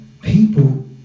people